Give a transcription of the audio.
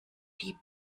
die